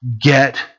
get